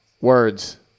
words